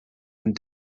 and